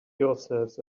yourselves